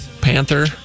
Panther